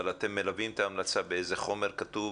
אתם מלווים את ההמלצה באיזה חומר כתוב,